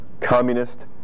communist